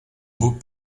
beau